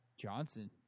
Johnson